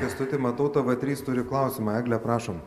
kęstuti matau tv trys turi klausimą egle prašom